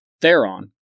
Theron